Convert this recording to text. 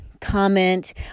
comment